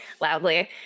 loudly